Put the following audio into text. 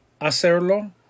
hacerlo